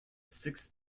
six